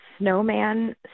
snowman